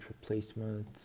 replacement